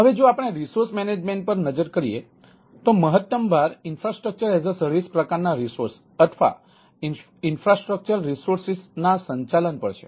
હવે જો આપણે આ રિસોર્સ મેનેજમેન્ટ ના સંચાલન પર છે